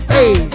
Hey